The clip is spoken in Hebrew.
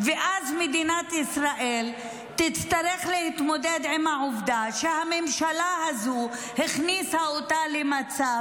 ואז מדינת ישראל תצטרך להתמודד עם העובדה שהממשלה הזו הכניסה אותה למצב